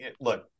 look